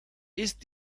ist